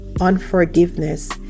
unforgiveness